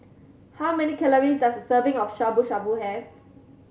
how many calories does a serving of Shabu Shabu have